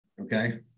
okay